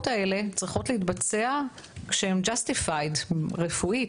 האלה צריכות להתבצע כשהן מוצדקות רפואית.